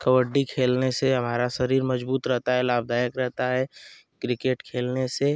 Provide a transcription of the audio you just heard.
कबड्डी खेलने से हमारा शरीर मजबूत रहता है लाभदायक रहता है क्रिकेट खेलने से